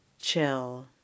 chill